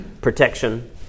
Protection